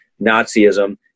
Nazism